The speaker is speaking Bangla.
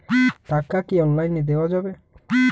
টাকা কি অনলাইনে দেওয়া যাবে?